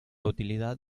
utilidad